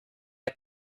der